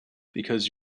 because